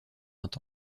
vingt